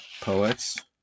poets